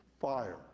fire